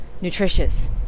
nutritious